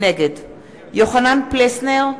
נגד יוחנן פלסנר,